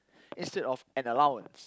instead of an allowance